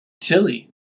Tilly